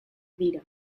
dira